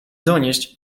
donieść